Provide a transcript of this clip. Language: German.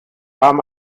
haben